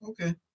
Okay